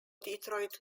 detroit